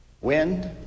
Wind